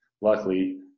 Luckily